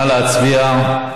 נא להצביע.